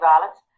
Violence